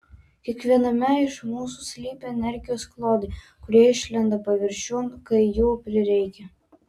kiekviename iš mūsų slypi energijos klodai kurie išlenda paviršiun kai jų prireikia